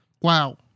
Wow